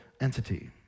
entity